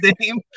name